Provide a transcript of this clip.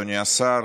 אדוני השר,